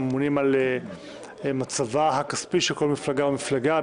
הם אמונים על מצבה הכספי של כל מפלגה ומפלגה.